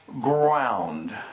ground